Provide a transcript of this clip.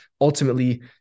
ultimately